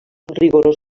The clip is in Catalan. rigorós